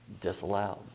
disallowed